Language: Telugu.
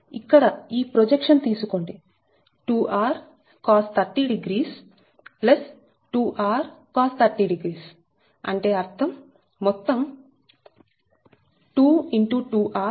ఇక్కడ ఈ ప్రొజెక్షన్ తీసుకోండి 2r Cos 300 2r Cos 300 అంటే అర్థం మొత్తం 2x2r Cos300